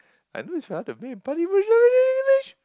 I know it's very hard to make